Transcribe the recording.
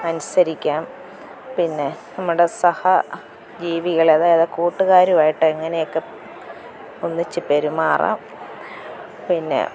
അനുസരിക്കാം പിന്നെ നമ്മുടെ സഹ ജീവികളെ അതായത് കൂട്ടുകാരുമായിട്ട് എങ്ങനെയൊക്കെ ഒന്നിച്ച് പെരുമാറാം പിന്നെ